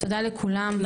תודה לכולם.